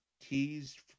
teas